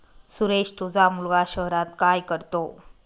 सुरेश तुझा मुलगा शहरात काय करतो